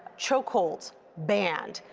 choke holds band,